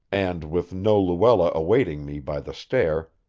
and, with no luella awaiting me by the stair,